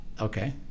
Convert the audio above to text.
Okay